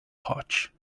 potch